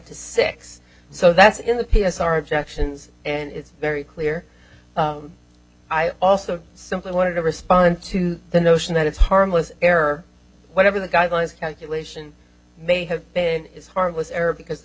to six so that's in the p s r objections and it's very clear i also simply wanted to respond to the notion that it's harmless error whatever the guidelines calculation may have been as harmless error because the